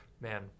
Man